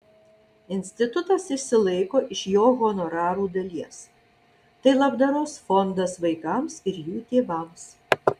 institutas išsilaiko iš jo honorarų dalies tai labdaros fondas vaikams ir jų tėvams